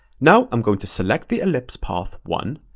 now i'm going to select the ellipse path one,